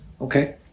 Okay